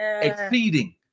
exceeding